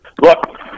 Look